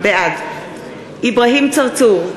בעד אברהים צרצור,